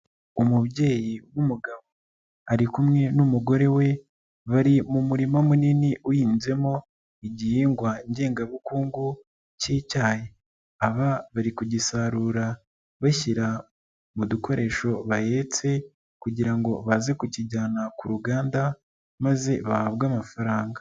Umubyeyi w'umugabo, ari kumwe n'umugore we bari mu murima munini uhinzemo igihingwa ngengabukungu cy'icyayi, aba bari kugisarura bashyira mu dukoresho bahetse kugira ngo baze kukijyana ku ruganda, maze bahabwe amafaranga.